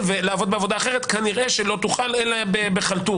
ולעבוד בעבודה אחרת כנראה שלא יוכל אלא בחלטורה.